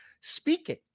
Speaking